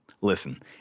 Listen